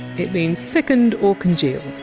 it means thickened or congealed.